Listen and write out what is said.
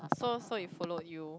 so so he followed you